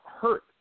hurt